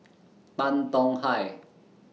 Tan Tong Hye